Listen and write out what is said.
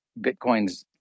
bitcoins